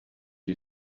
you